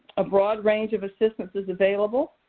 a broad range of assistance is available.